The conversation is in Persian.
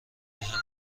بهمون